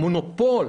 מונופול